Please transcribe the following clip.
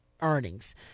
earnings